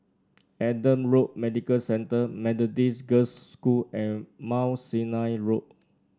Adam Road Medical Centre Methodist Girls' School and Mount Sinai Road